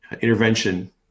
intervention